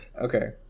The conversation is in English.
Okay